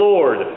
Lord